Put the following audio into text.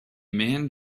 man